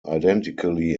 identically